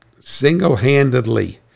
single-handedly